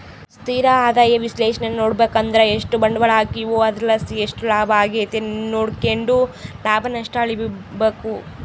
ಸ್ಥಿರ ಆದಾಯ ವಿಶ್ಲೇಷಣೇನಾ ನೋಡುಬಕಂದ್ರ ಎಷ್ಟು ಬಂಡ್ವಾಳ ಹಾಕೀವೋ ಅದರ್ಲಾಸಿ ಎಷ್ಟು ಲಾಭ ಆಗೆತೆ ನೋಡ್ಕೆಂಡು ಲಾಭ ನಷ್ಟ ಅಳಿಬಕು